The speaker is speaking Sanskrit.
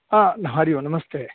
हरि ओं नमस्ते